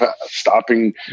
stopping